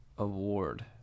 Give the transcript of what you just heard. award